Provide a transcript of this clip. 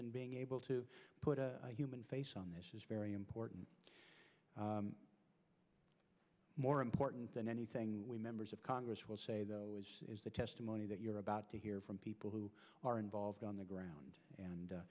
and being able to put a human face on this is very important more important than anything we members of congress will say though is the testimony that you're about to hear from people who are involved on the ground and